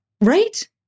right